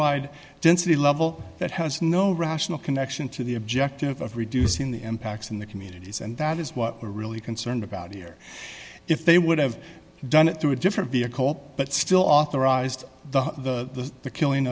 ride density level that has no rational connection to the objective of reducing the impacts in the communities and that is what we are really concerned about here if they would have done it through a different vehicle but still authorized the killing